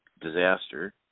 disaster